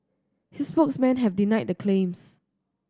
his spokesmen have denied the claims